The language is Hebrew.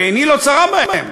ועיני לא צרה בהם,